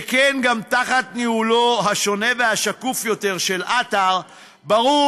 שכן גם תחת ניהולו השונה והשקוף יותר של עטר ברור